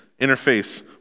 interface